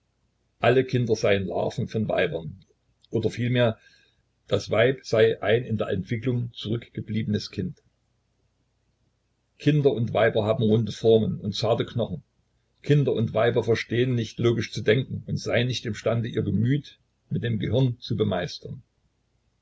alle kinder seien larven von weibern oder vielmehr das weib sei ein in der entwicklung zurückgebliebenes kind kinder und weiber haben runde formen und zarte knochen kinder und weiber verstehen nicht logisch zu denken und seien nicht im stande ihr gemüt mit dem gehirn zu bemeistern